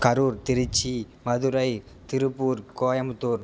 Karur Tiruchi Madurai Tiruppur Coimbatore